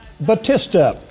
Batista